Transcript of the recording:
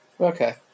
Okay